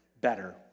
better